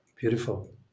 beautiful